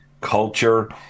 culture